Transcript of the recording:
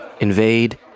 invade